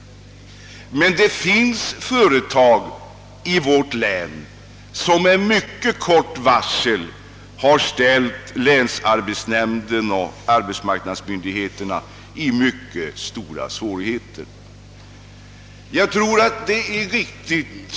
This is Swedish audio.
Men det finns andra företag i vårt län som med ett mycket kort varsel har ställt länsarbetsnämnd och arbetsmarknadsmyndigheter inför mycket stora svårigheter.